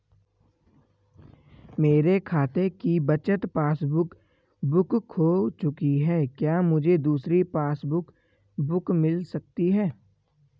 मेरे खाते की बचत पासबुक बुक खो चुकी है क्या मुझे दूसरी पासबुक बुक मिल सकती है?